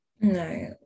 No